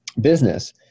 business